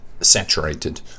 saturated